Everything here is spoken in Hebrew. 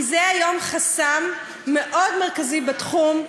כי זה היום חסם מאוד מרכזי בתחום.